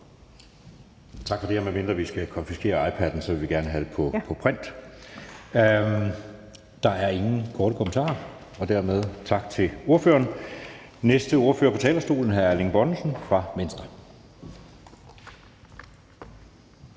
Tak for det. Og medmindre vi skal konfiskere iPad'en, vil vi gerne have det på print. Der er ingen korte bemærkninger, og dermed siger vi tak til ordføreren. Næste ordfører på talerstolen er hr. Erling Bonnesen fra Venstre.